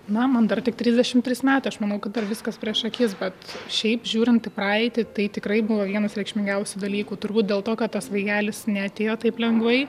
na man dar tik trisdešim trys metai aš manau kad dar viskas prieš akis bet šiaip žiūrint į praeitį tai tikrai buvo vienas reikšmingiausių dalykų turbūt dėl to kad tas vaikelis neatėjo taip lengvai